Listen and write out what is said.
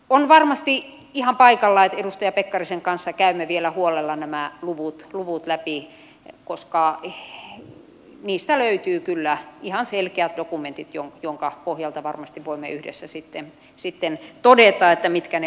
on varmasti ihan paikallaan että edustaja pekkarisen kanssa käymme vielä huolella nämä luvut läpi koska niistä löytyy kyllä ihan selkeät dokumentit joiden pohjalta varmasti voimme yhdessä sitten todeta mitkä ne oikeat luvut ovat